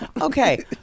okay